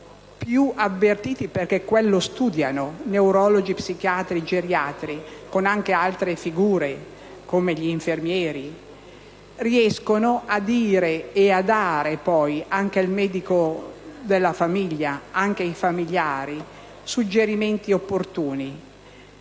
più avvertiti - perché quello studiano: parlo di neurologi, psichiatri, geriatri, con anche altre figure come gli infermieri - riescono a dire e a dare anche al medico della famiglia e ai familiari suggerimenti opportuni.